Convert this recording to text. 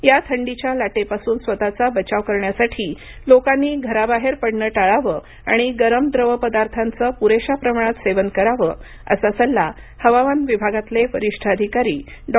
या थंडीच्या लाटेपासून स्वतःचा बचाव करण्यासाठी लोकांनी घराबाहेर पडणं टाळावं आणि गरम द्रवपदार्थांचं पुरेशा प्रमाणात सेवन करावं असा सल्ला हवामान विभागातले वरिष्ठ अधिकारी डॉ